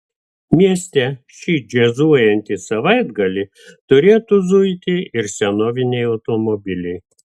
mieste šį džiazuojantį savaitgalį turėtų zuiti ir senoviniai automobiliai